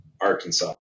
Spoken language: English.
Arkansas